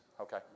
Okay